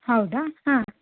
ಹೌದಾ ಹಾಂ